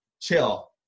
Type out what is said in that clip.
chill